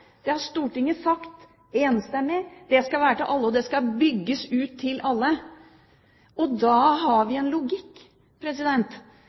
Stortinget har sagt enstemmig: Det skal være for alle, og det skal bygges ut for alle. Da har vi